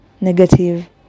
negative